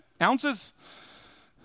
ounces